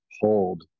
hold